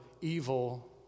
evil